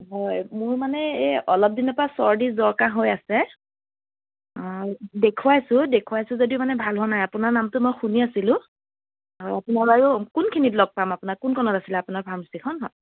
হয় মোৰ মানে এই অলপ দিনৰ পৰা চৰ্দি জ্বৰ কাঁহ হৈ আছে অ' দেখুৱাইছো দেখুৱাইছো যদিও মানে ভাল হোৱা নাই আপোনাৰ নামটো শুনি আছিলো অ' আপোনাক বাৰু কোনখিনিত লগ পাম কোনখনত আছিলে আপোনাৰ ফাৰ্মাচীখন